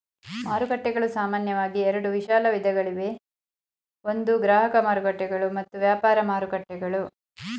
ಮಾರುಕಟ್ಟೆಗಳು ಸಾಮಾನ್ಯವಾಗಿ ಎರಡು ವಿಶಾಲ ವಿಧಗಳಿವೆ ಒಂದು ಗ್ರಾಹಕ ಮಾರುಕಟ್ಟೆಗಳು ಮತ್ತು ವ್ಯಾಪಾರ ಮಾರುಕಟ್ಟೆಗಳು